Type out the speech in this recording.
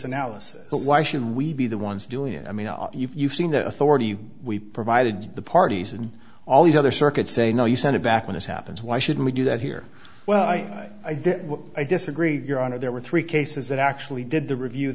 analysis why should we be the ones doing it i mean you've seen the authority we provided to the parties and all these other circuits say no you send it back when it happens why should we do that here well i i did i disagree your honor there were three cases that actually did the review